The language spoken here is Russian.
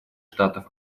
штатов